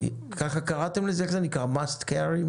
ככה קראתם לזה must carry?